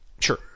Sure